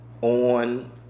on